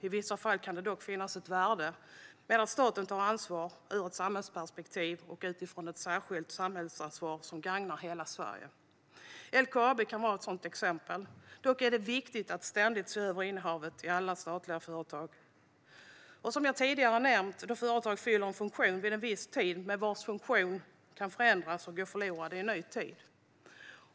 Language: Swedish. I vissa fall kan det dock finnas ett värde i att staten tar ansvar ur ett samhällsperspektiv som gagnar hela Sverige. LKAB kan vara ett sådant exempel. Dock är det viktigt att ständigt se över innehavet i alla statliga företag. Som jag tidigare har nämnt fyller företag en funktion vid en viss tid, men den funktionen kan förändras och gå förlorad i en ny tid.